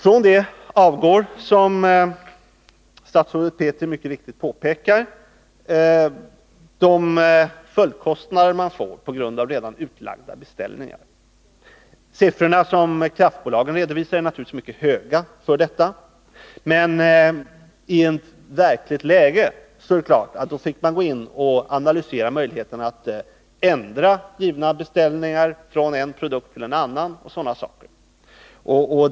Från det avgår, som statsrådet Petri mycket riktigt påpekar, de följdkostnader man får på grund av redan utlagda beställningar. De siffror som kraftbolagen redovisar för detta är naturligtvis mycket höga, men i ett verkligt läge fick man gå in och analysera möjligheterna att ändra givna beställningar från en produkt till en annan o. d.